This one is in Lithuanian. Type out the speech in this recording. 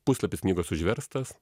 puslapis knygos užverstas